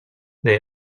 they